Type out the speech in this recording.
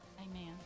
amen